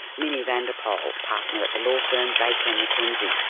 mini vandepol, partner at the law firm baker and mckenzie.